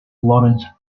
lawrence